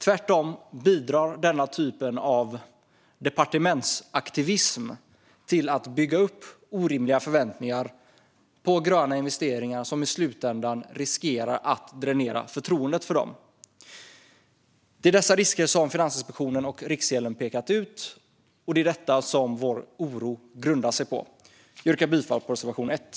Tvärtom bidrar denna typ av departementsaktivism till att bygga upp orimliga förväntningar på gröna investeringar som i slutändan riskerar att dränera förtroendet för dem. Det är dessa risker som Finansinspektionen och Riksgälden har pekat ut, och det är detta som vår oro grundar sig på. Jag yrkar bifall till reservation 1.